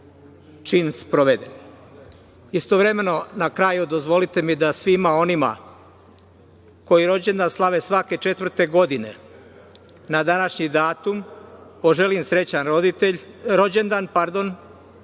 čin sproveden. Istovremeno, na kraju, dozvolite mi da svima onima koji rođendan slave svake četvrte godine na današnji datum, poželim srećan rođendan i nadam